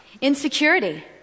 Insecurity